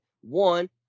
One